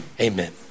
amen